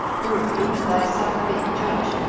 who, even thyself being judge,